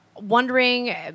Wondering